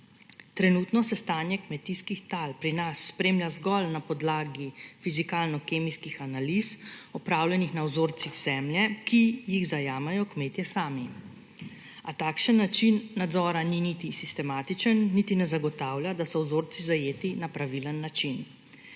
Trenutno se stanje kmetijskih tal pri nas spremlja zgolj na podlagi fizikalno-kemijskih analiz, opravljenih na vzorcih zemlje, ki jih zajamejo kmetje sami. A takšen način nadzora ni niti sistematičen niti ne zagotavlja, da so vzorci zajeti na pravilen način.